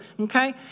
Okay